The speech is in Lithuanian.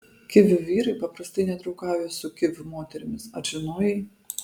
kivių vyrai paprastai nedraugauja su kivių moterimis ar žinojai